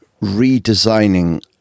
redesigning